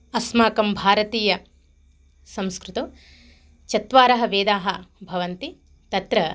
अस्माकं भारतीयसंस्कृतौ चत्वारः वेदाः भवन्ति तत्र